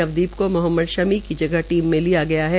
नवदीप को मोहम्मद शमी की जगह टीम में लिया गया है